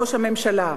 ראש הממשלה,